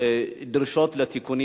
דרישות לתיקונים,